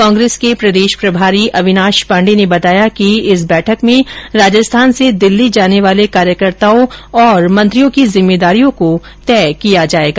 कांग्रेस के प्रदेश प्रभारी अविनाश पाण्डे ने बताया कि इस बैठक में राजस्थान से दिल्ली जाने वाले कार्यकर्ताओं और मंत्रियों की जिम्मेदारियों को तय किया जाएगा